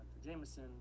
Jameson